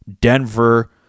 Denver